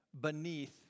beneath